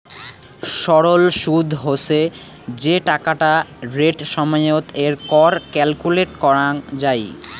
সরল সুদ হসে যে টাকাটা রেট সময়ত এর কর ক্যালকুলেট করাঙ যাই